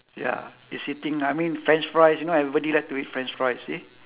ya it's eating I mean french fries you know everybody like to eat french fries you see